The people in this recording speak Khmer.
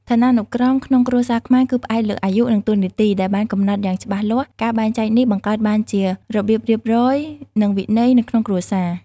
ឋានានុក្រមក្នុងគ្រួសារខ្មែរ គឺផ្អែកលើ អាយុ និងតួនាទី ដែលបានកំណត់យ៉ាងច្បាស់លាស់។ ការបែងចែកនេះបង្កើតបានជា របៀបរៀបរយ និងវិន័យ នៅក្នុងគ្រួសារ។